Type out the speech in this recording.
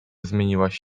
zmieniłaś